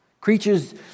Creatures